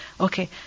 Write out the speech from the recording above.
Okay